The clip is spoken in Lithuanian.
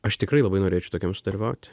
aš tikrai labai norėčiau tokiam sudalyvauti